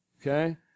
Okay